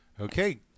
Okay